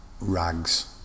rags